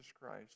Christ